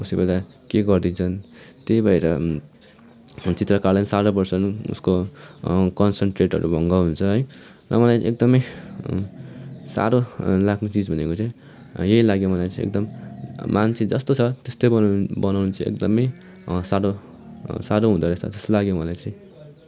कसै बेला के गरिदिन्छन् त्यही भएर चित्रकारलाई साह्रो पर्छ उसको कन्सनट्रेटहरू भङ्ग हुन्छ है र मलाई एकदमै साह्रो लाग्ने चिज भनेको चाहिँ यही लाग्यो मलाई चाहिँ एकदम मान्छे जस्तो छ त्यस्तै बनाउ बनाउनु चाहिँ एकदमै साह्रो साह्रो हुँदो रहेछ जस्तो लाग्यो मलाई चाहिँ